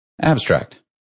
Abstract